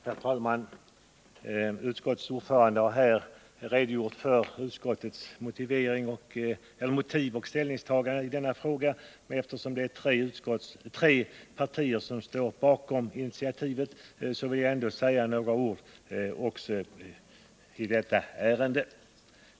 Herr talman! Utskottets ordförande har här redogjort för utskottets motiv och ställningstagande i denna fråga, men eftersom det är tre partier som står bakom initiativet vill jag ändå säga några ord i detta ärende.